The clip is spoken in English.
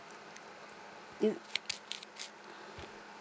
mm